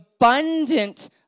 abundant